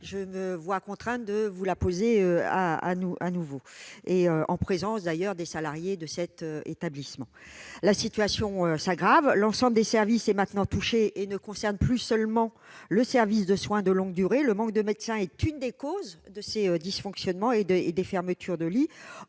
je me vois contrainte de vous la poser à nouveau, en présence, d'ailleurs, des salariés de l'établissement. La situation s'aggrave. L'ensemble des services est touché. Il ne s'agit plus seulement du service de soins de longue durée. Le manque de médecins est une des causes de ces dysfonctionnements et fermetures de lits.